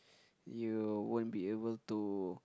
you won't be able to